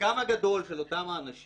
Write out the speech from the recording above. וחלקם הגדול של אותם אנשים,